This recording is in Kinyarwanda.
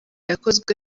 yakozwe